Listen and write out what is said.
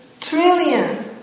trillion